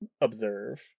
observe